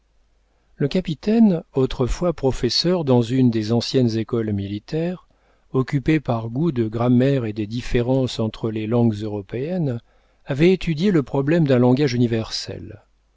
le capitaine autrefois professeur dans une des anciennes écoles militaires occupé par goût de grammaire et des différences entre les langues européennes avait étudié le problème d'un langage universel